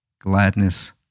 gladness